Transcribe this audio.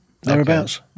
thereabouts